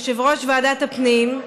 יושב-ראש ועדת הפנים,